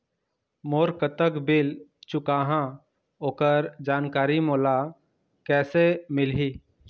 मोर कतक बिल चुकाहां ओकर जानकारी मोला कैसे मिलही?